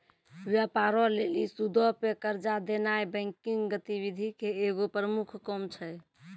व्यापारो लेली सूदो पे कर्जा देनाय बैंकिंग गतिविधि के एगो प्रमुख काम छै